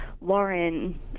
Lauren